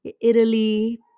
Italy